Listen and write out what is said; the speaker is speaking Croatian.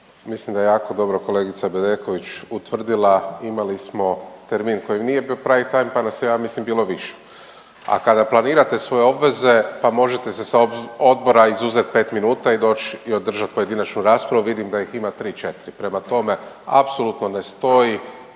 Mislim da je jako dobro kolegica Bedeković utvrdila imali smo termin koji nije bio prime time pa nas je ja mislim bilo više, a kada planirate svoje obveze pa možete se sa odbora izuzeti pet minuta i doći i održati pojedinačnu raspravu. Vidim da ih ima tri, četiri. Prema tome, apsolutno ne stoji